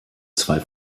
zwei